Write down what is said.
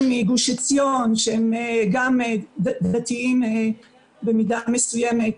מגוש עציון שהם גם דתיים במידה מסוימת,